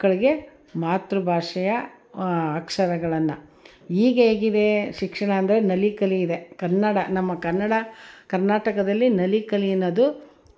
ಮಕ್ಳಿಗೆ ಮಾತೃ ಭಾಷೆಯ ಅಕ್ಷರಗಳನ್ನು ಈಗ ಹೇಗಿದೆ ಶಿಕ್ಷಣ ಅಂದರೆ ನಲಿ ಕಲಿ ಇದೆ ಕನ್ನಡ ನಮ್ಮ ಕನ್ನಡ ಕರ್ನಾಟಕದಲ್ಲಿ ನಲಿ ಕಲಿ ಅನ್ನೋದು